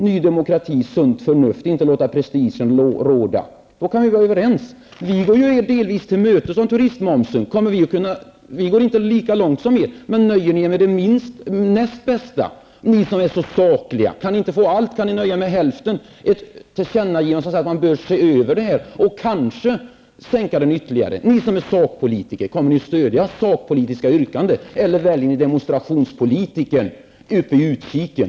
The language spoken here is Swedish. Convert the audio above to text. Ni i Ny Demokrati säger er stå för sunt förnuft och att inte låta prestigen råda. Då kan vi vara överens. Vi i vänsterpartiet går er delvis till mötes när det gäller turistmomsen, men vi går inte lika långt. Men nöjer ni er med det näst bästa? Ni som är så sakliga! Kan ni inte få allt kan ni nöja er med hälften, nämligen ett tillkännagivande att man bör se över detta och kanske sänka den ytterligare. Ni som är sakpolitiker -- kommer ni att stödja sakpolitiska yrkanden, eller väljer ni demonstrationspolitikerns roll uppe i utkiken?